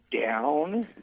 down